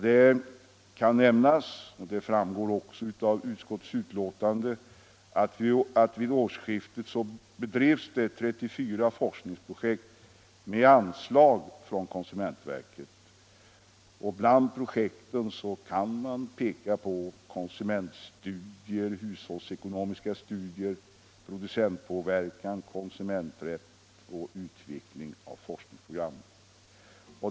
Det kan nämnas — och det framgår också av utskottsbetänkandet — att det vid årsskiftet bedrevs 34 forskningsprojekt med anslag från konsumentverket. Bland projekten kan man peka på konsumentstudier, hushållsekonomiska studier, producentpåverkan, konsumenträtt samt utveckling av forskningsprogram.